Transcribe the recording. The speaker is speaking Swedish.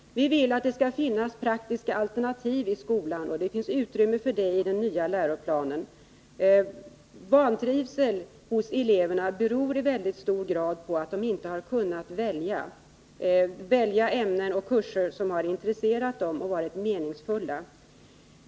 Vi vill att det skall finnas praktiska alternativ i skolan, och det finns utrymme för det i den nya läroplanen. Vantrivsel hos eleverna beror i väldigt hög grad på att de inte har kunnat välja ämnen och kurser som har intresserat dem och som de funnit meningsfulla.